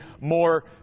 more